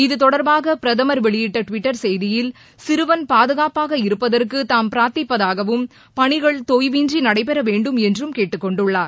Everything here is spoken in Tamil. இத்தொடர்பாக பிரதமர் வெளியிட்ட ட்விட்டர் செய்தியில் சிறுவன் பாதுகாப்பாக இருப்பதற்கு தாம் பிரார்த்திப்பதாகவும் பணிகள் தொய்வின்றி நடைபெற வேண்டும் என்றும் கேட்டுக்கொண்டுள்ளார்